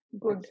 Good